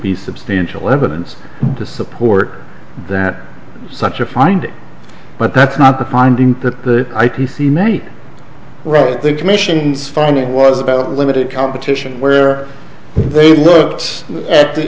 be substantial evidence to support that such a find but that's not the finding that the i p c c many wrote the commission's findings was about limited competition where they looked at the